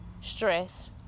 stress